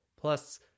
Plus